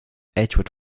edgewood